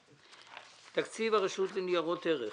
תקציב הרשות לניירות ערך